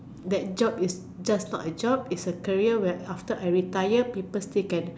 that job is just not a job is a career that after I retire people still can